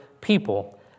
people